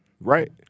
Right